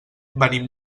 venim